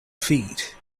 feet